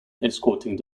escorting